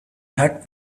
hurt